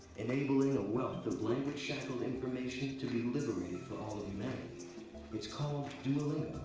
enabling a wealth of language shackled information to be liberated for all of humanity. it's called duolingo.